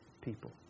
people